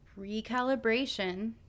recalibration